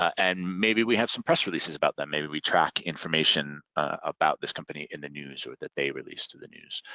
and maybe we have some press releases about them. maybe we track information about this company in the news or that they release to the news.